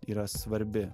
yra svarbi